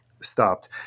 stopped